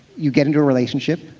you get into a relationship.